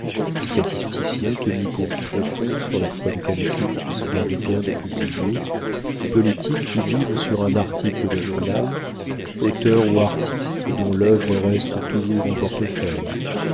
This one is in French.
statisticiens tenus pour profonds sur la foi de calculs qu'ils se gardent bien de publier politiques qui vivent sur un article de journal auteurs ou artistes dont l'œuvre reste toujours en portefeuille